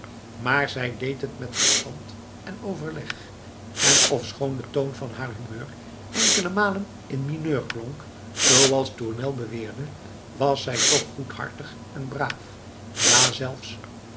maar zij deed het met verstand en overleg en ofschoon de toon van haar humeur enkele malen in mineur klonk zooals tournel beweerde was zij toch goedhartig en braaf ja zelfs